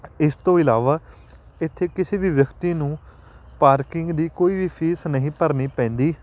ਇਸ ਤੋਂ ਇਲਾਵਾ ਇੱਥੇ ਕਿਸੇ ਵੀ ਵਿਅਕਤੀ ਨੂੰ ਪਾਰਕਿੰਗ ਦੀ ਕੋਈ ਵੀ ਫੀਸ ਨਹੀਂ ਭਰਨੀ ਪੈਂਦੀ